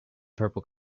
purple